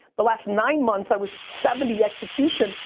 the last nine months i was seventy execution,